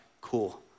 cool